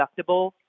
deductible